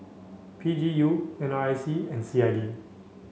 P G U N R I C and C I D